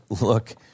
look